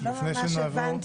לפני שנעבור --- לא ממש הבנתי,